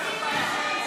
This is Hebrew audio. ההצעה